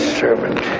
servant